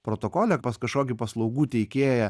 protokole pas kažkokį paslaugų teikėją